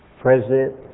President